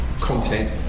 content